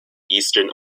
eastern